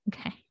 okay